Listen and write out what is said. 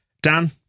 Dan